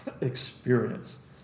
experience